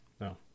No